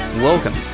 Welcome